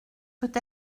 peut